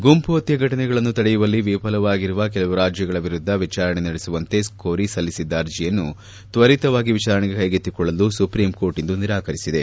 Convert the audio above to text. ಗುಂಪು ಪತ್ಯ ಘಟನೆಗಳನ್ನು ತಡೆಯುವಲ್ಲಿ ವಿಫಲವಾಗಿರುವ ಕೆಲವು ರಾಜ್ಯಗಳ ವಿರುದ್ಧ ವಿಚಾರಣೆ ನಡೆಸುವಂತೆ ಕೋರಿ ಸಲ್ಲಿಸಿದ್ದ ಅರ್ಜಿಯನ್ನು ತ್ವರಿತವಾಗಿ ವಿಚಾರಣೆಗೆ ಕೈಗೆತ್ತಿಕೊಳ್ಳಲು ಸುಪ್ರೀಂಕೋರ್ಟ್ ಇಂದು ನಿರಾಕರಿಸಿದೆ